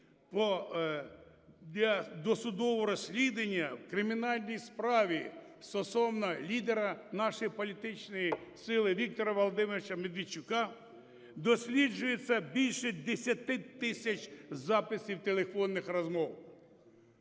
для досудового розслідування в кримінальній справі стосовно лідера нашої політичної сили Віктора Володимировича Медведчука досліджується більше 10 тисяч записів телефонних розмов.